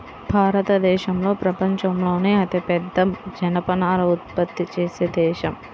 భారతదేశం ప్రపంచంలోనే అతిపెద్ద జనపనార ఉత్పత్తి చేసే దేశం